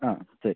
ആ ശരി